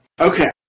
Okay